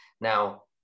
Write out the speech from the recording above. Now